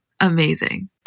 Amazing